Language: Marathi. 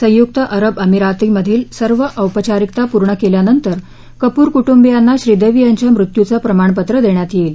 संयुक्त अरब अमिरातमधील सर्व औपचारिकता पूर्ण केल्यानंतर कपूर कुटुंबियांना श्रीदेवी यांच्या मृत्यूचं प्रमाणपत्र देण्यात येईल